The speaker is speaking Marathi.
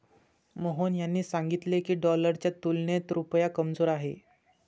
मोहन यांनी सांगितले की, डॉलरच्या तुलनेत रुपया कमजोर आहे